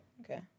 Okay